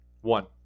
One